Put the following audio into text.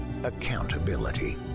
accountability